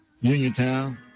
Uniontown